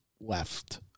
left